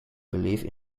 believe